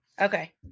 Okay